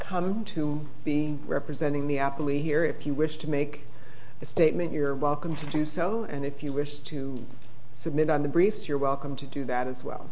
come to be representing the apple a here if you wish to make a statement you're welcome to do so and if you wish to submit on the briefs you're welcome to do that as well